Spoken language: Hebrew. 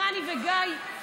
לחני וגיא,